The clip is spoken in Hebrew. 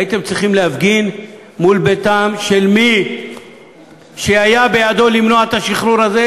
הייתם צריכים להפגין מול ביתם של מי שהיה בידם למנוע את השחרור הזה,